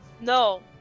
No